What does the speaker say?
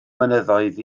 mynyddoedd